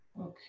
Okay